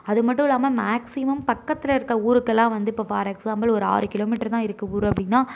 அது மட்டும் இல்லாமல் மேக்சிமம் பக்கத்தில் இருக்க ஊருக்கெல்லாம் வந்து இப்போ ஃபார் எக்ஸாம்பில் ஒரு ஆறு கிலோமீட்டரு தான் இருக்குது ஊர் அப்படின்னா